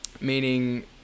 meaning